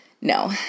No